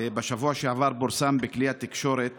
בשבוע שעבר פורסם בכלי התקשורת